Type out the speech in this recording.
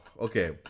okay